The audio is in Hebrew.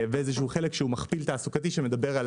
ואיזשהו חלק שהוא מכפיל תעסוקתי שמדבר על